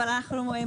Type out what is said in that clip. אבל אנחנו מברכים.